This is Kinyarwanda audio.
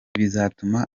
bizatuma